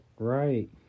Right